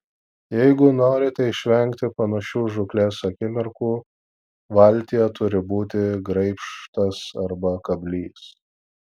jeigu norite išvengti panašių žūklės akimirkų valtyje turi būti graibštas arba kablys